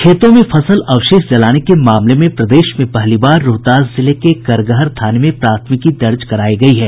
खेतों में फसल अवशेष जलाने के मामले में प्रदेश में पहली बार रोहतास जिले के करगहर थाने में प्राथमिकी दर्ज करायी गयी है